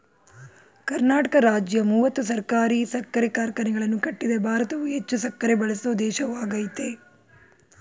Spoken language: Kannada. ಕರ್ನಾಟಕ ರಾಜ್ಯ ಮೂವತ್ತು ಸಹಕಾರಿ ಸಕ್ಕರೆ ಕಾರ್ಖಾನೆಗಳನ್ನು ಕಟ್ಟಿದೆ ಭಾರತವು ಹೆಚ್ಚು ಸಕ್ಕರೆ ಬಳಸೋ ದೇಶವಾಗಯ್ತೆ